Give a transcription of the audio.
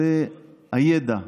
הידע,